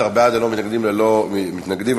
11 בעד, ללא מתנגדים וללא נמנעים.